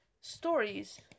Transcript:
stories